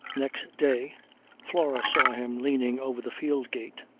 next day flora saw him leaning over the field-gate.